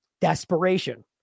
desperation